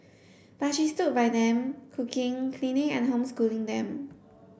but she stood by them cooking cleaning and homeschooling them